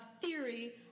theory